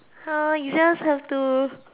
uh you just have to